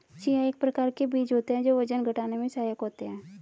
chia एक प्रकार के बीज होते हैं जो वजन घटाने में सहायक होते हैं